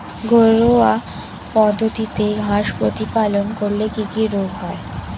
ঘরোয়া পদ্ধতিতে হাঁস প্রতিপালন করলে কি কি রোগ হয়?